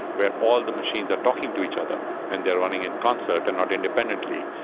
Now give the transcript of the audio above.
where all the machines are talking to each other and they're running in concert and not independently,